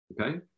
okay